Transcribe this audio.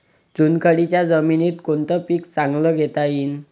चुनखडीच्या जमीनीत कोनतं पीक चांगलं घेता येईन?